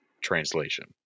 translation